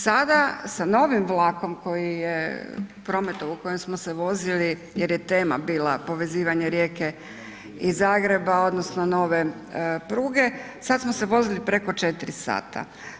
Sada sa novim vlakom koji je prometovao u kojem smo se vozili jer je tema bila povezivanje Rijeke i Zagreba odnosno nove pruge, sada smo se vozili preko 4 sata.